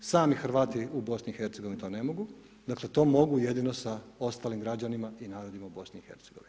Sami Hrvati u BiH to ne mogu, dakle, to mogu jedino sa ostalim građanima i narodima u BiH.